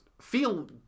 feel